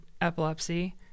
epilepsy